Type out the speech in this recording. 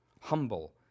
humble